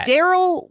Daryl